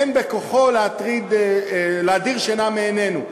אין בכוחו להדיר שינה מעינינו.